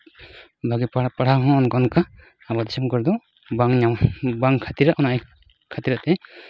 ᱵᱷᱟᱜᱮ ᱯᱟᱲᱦᱟᱣ ᱦᱚᱸ ᱚᱱᱠᱟ ᱚᱱᱠᱟ ᱟᱵᱚ ᱫᱤᱥᱚᱢ ᱠᱚᱨᱮ ᱫᱚ ᱵᱟᱝ ᱧᱟᱢᱚᱜ ᱵᱟᱝ ᱠᱷᱟᱹᱛᱤᱨᱟᱜ ᱚᱱᱟᱭ ᱠᱷᱟᱹᱛᱤᱨᱟᱜ ᱛᱮ